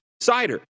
cider